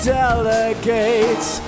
delegates